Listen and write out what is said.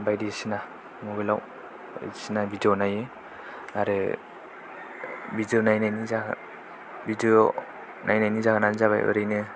बायदिसिना मबाइलाव सिना भिडिय' नायो आरो भिडिय' नायनायनि जाहोनानो जाबाय ओरैनो